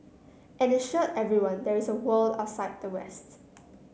and assured everyone there is a world outside the